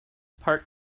part